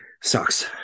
sucks